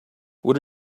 what